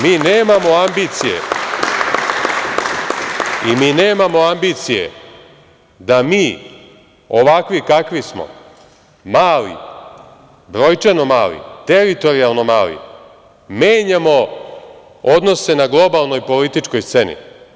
Mi nemamo ambicije da mi, ovakvi kakvi smo, mali, brojčano mali, teritorijalno mali, menjamo odnose na globalnoj političkoj sceni.